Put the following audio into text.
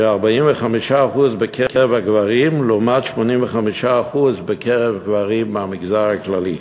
ש-45% בקרב הגברים, לעומת 85% גברים מהמגזר הכללי.